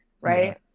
right